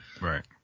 Right